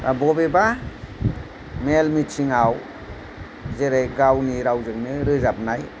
बबेबा मेल मिथिङाव जेरै गावनि रावजोंनो रोजाबनाय